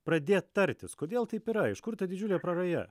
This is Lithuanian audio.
pradėt tartis kodėl taip yra iš kur ta didžiulė praraja